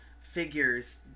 figures